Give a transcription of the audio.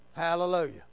Hallelujah